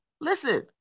listen